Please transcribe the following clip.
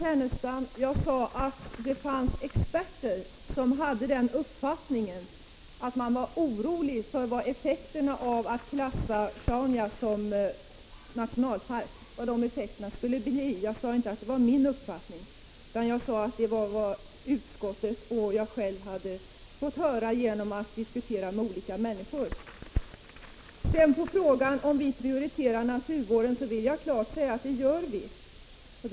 Fru talman! Till Lars Ernestam: Jag sade att det fanns experter som var oroliga för effekterna av att klassa Sjaunja som nationalpark. Jag sade inte att det var min uppfattning, utan att det var vad utskottet och jag själv fått höra genom att diskutera med olika människor. På frågan om vi prioriterar naturvården vill jag klart säga att vi gör det.